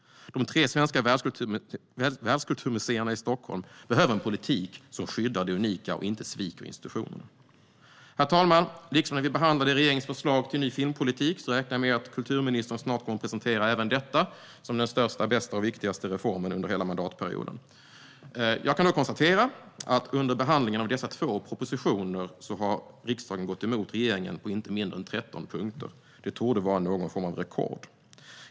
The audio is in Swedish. De tre svenska världskulturmuseerna i Stockholm behöver en politik som skyddar det unika och inte sviker institutionerna. Herr talman! Liksom när vi behandlade regeringens förslag till en ny filmpolitik räknar jag med att kulturministern snart kommer att presentera även denna reform som den största, bästa och viktigaste under hela mandatperioden. Jag kan då konstatera att riksdagen under behandlingen av dessa två propositioner har gått emot regeringen på inte mindre än 13 punkter. Det torde vara någon form av rekord.